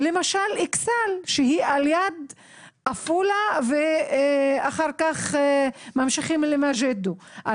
למשל איכסאל שהיא ליד עפולה ואחר כך ממשיכים למג'ידו.